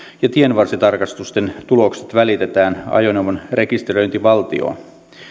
ja tienvarsitarkastusten tulokset välitetään ajoneuvon rekisteröintivaltioon